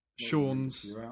Sean's